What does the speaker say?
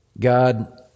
God